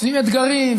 ועם אתגרים,